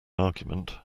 argument